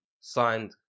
signed